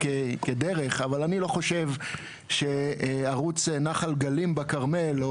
אני לא חושב שערוץ נחל גלים בכרמל או